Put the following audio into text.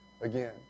again